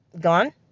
Gone